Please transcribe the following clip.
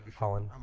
holland um